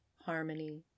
harmony